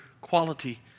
quality